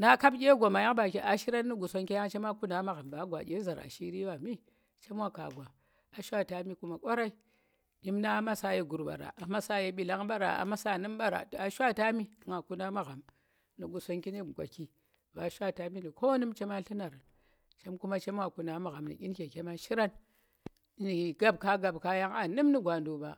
na kap ɗye goma yang ba a shiran nu̱ Qusonggo, chema kuna magham, mba gwa ɗye zaar ashiiri wami, chem wu kwa gwa, a shwata mi ku maɗyi, chimnang a masa ye gur ɓara, a masa ye mɓilang ɓara, a masa nu̱m ɓara a shwata nyi, nga kuna magham nu̱ Qusonggi nu̱m gwaki ba shwata mi nu̱ konu̱m chema tlu̱nari chem tu̱k chema kama magham nu̱ ɗyi nke chema shiran nu̱ gap ka gab ka yang aa nu̱m nu̱ gwanduk ɓa.